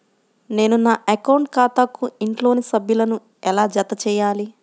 నేను నా అకౌంట్ ఖాతాకు ఇంట్లోని సభ్యులను ఎలా జతచేయాలి?